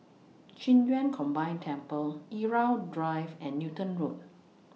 Qing Yun Combined Temple Irau Drive and Newton Road